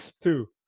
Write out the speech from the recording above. two